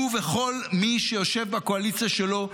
הוא וכל מי שיושב בקואליציה שלו,